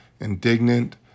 indignant